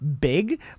big